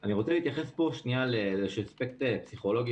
אני רוצה להתייחס פה לאספקט פסיכולוגי